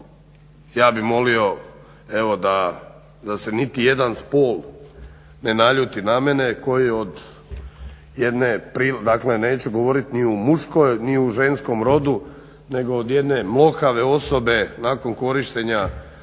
Ja bi mogli, evo da se niti jedan spol ne naljuti na mene, ko je od, dakle neće govorit ni u muškoj, ni u ženskom rodu, nego od jedne mlohave osobe nakon korištenja